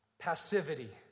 passivity